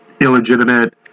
illegitimate